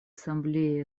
ассамблеей